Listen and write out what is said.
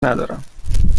ندارم